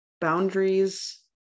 boundaries